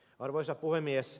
arvoisa puhemies